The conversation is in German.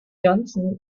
johnson